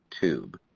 tube